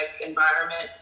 environment